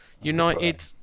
United